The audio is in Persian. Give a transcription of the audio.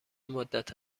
مدت